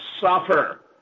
suffer